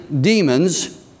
demons